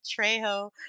Trejo